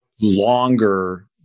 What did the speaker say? longer